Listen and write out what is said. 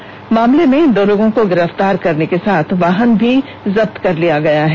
इस मामले में दो लोगों को गिरफ्तार करने के साथ वाहन को भी जब्त कर लिया गया है